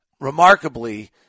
remarkably